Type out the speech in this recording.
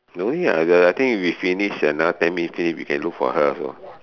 no ya I got I think we finish another ten minutes we can look for her also